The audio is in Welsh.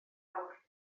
awr